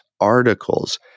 articles